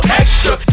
extra